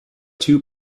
two